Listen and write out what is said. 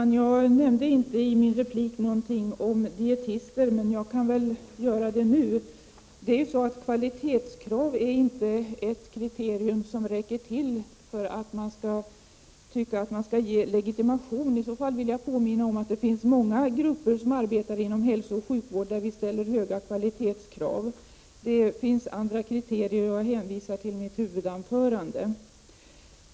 Herr talman! Jag nämnde i min replik inte något om dietister, men jag kan väl göra det nu. Kvalitetskravet är inte ett kriterium som räcker till för att man skall kunna ge legitimation. I så fall vill jag påminna om att det finns många grupper som arbetar inom hälsooch sjukvården som vi ställer höga kvalitetskrav på. Det finns andra kriterier som skall gälla, och jag hänvisar till mitt huvudanförande.